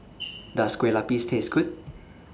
Does Kue Lupis Taste Good